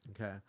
Okay